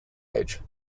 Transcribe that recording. age